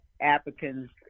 Africans